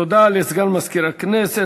תודה לסגן מזכירת הכנסת.